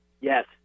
Yes